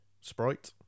Sprite